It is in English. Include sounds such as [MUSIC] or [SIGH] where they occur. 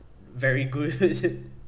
very good [LAUGHS]